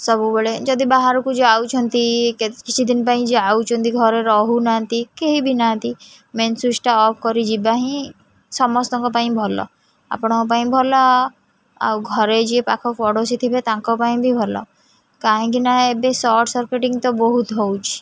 ସବୁବେଳେ ଯଦି ବାହାରକୁ ଯାଉଛନ୍ତି କିଛିଦିନ ପାଇଁ ଯାଉଛନ୍ତି ଘରେ ରହୁନାହାନ୍ତି କେହିବି ନାହାନ୍ତି ମେନ୍ ସୁଇଚ୍ଟା ଅଫ୍ କରି ଯିବା ହିଁ ସମସ୍ତଙ୍କ ପାଇଁ ଭଲ ଆପଣଙ୍କ ପାଇଁ ଭଲ ଆଉ ଘରେ ଯିଏ ପାଖ ପଡ଼ୋଶୀ ଥିବେ ତାଙ୍କ ପାଇଁ ବି ଭଲ କାହିଁକିନା ଏବେ ସର୍ଟସର୍କିଟିଂ ତ ବହୁତ ହେଉଛି